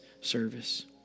service